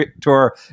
tour